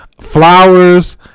Flowers